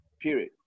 period